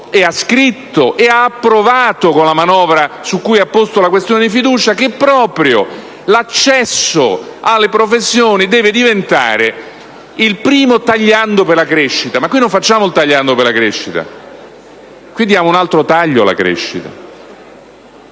detto, scritto ed approvato con la manovra su cui ha posto la questione di fiducia che proprio l'accesso alle professioni deve diventare il primo tagliando per la crescita. Ma qui non stiamo facendo il tagliando per la crescita: stiamo piuttosto dando un altro taglio alla crescita.